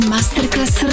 Masterclass